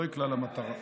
לא יקלע למטרה.